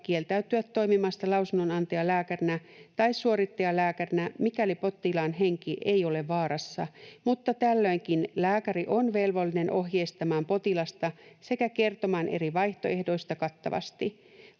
kieltäytyä toimimasta lausunnonantajalääkärinä tai suorittajalääkärinä, mikäli potilaan henki ei ole vaarassa, mutta tällöinkin lääkäri on velvollinen ohjeistamaan potilasta sekä kertomaan eri vaihtoehdoista kattavasti.